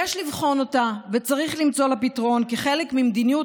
יש לבחון אותה וצריך למצוא לה פתרון כחלק מדיניות